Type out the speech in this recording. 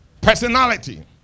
Personality